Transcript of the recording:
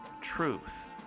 Truth